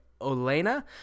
Olena